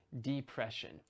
depression